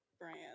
brand